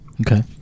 okay